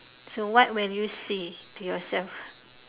so what will you say to yourself